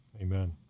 Amen